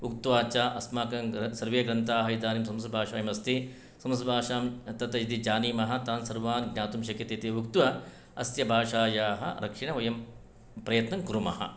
उक्त्वा च अस्माकं सर्वे ग्रन्ताः इदानीं संस्कृतभाषयाम् अन्ति संस्कृतभाषां तत् यदि जानीमः तान् सर्वान् ज्ञातुं शक्यते इति उक्त्वा अस्य भाषायाः रक्षणे वयं प्रयत्नं कुर्मः